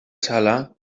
sala